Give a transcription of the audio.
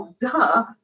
duh